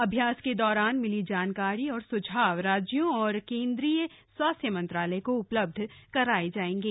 अभ्यास के दौरान मिली जानकारी और सुझाव राज्यों और केन्द्रीय स्वास्थ्य मंत्रालय को उपलब्ध कराये जायेंगे